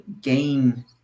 gain